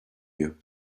you